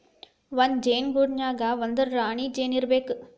ಒಂದ ಜೇನ ಗೂಡಿನ್ಯಾಗ ಒಂದರ ರಾಣಿ ಜೇನ ಇರಲೇಬೇಕ